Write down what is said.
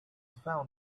found